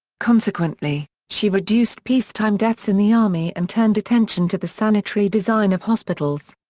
consequently, she reduced peacetime deaths in the army and turned attention to the sanitary design of hospitals.